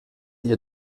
ihr